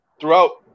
throughout